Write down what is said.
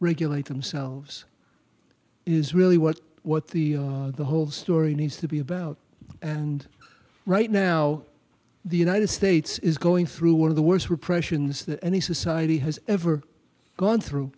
regulate themselves is really what what the whole story needs to be about and right now the united states is going through one of the worst repressions that any society has ever gone through